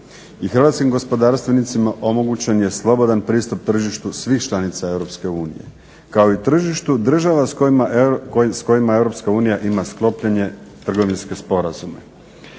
hrvatskim gospodarstvenicima omogućen je slobodan pristup tržištu svih članica EU kao i tržištu država s kojima EU ima sklopljene trgovinske sporazume.